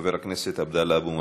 חבר הכנסת עבדאללה אבו מערוף,